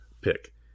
pick